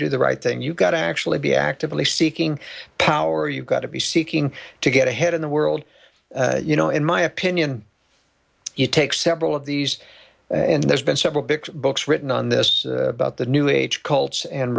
do the right thing you've got to actually be actively seeking power you've got to be seeking to get ahead in the world you know in my opinion you take several of these and there's been several big books written on this about the new age cults and